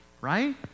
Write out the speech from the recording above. right